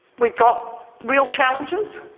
we've got real challenges,